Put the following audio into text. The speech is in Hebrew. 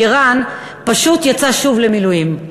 כי ערן פשוט יצא שוב למילואים...